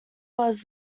was